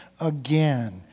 again